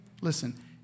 Listen